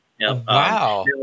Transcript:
Wow